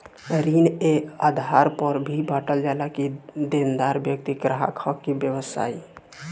ऋण ए आधार पर भी बॉटल जाला कि देनदार व्यक्ति ग्राहक ह कि व्यवसायी